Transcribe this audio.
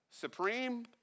supreme